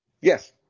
Yes